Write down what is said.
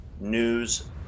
news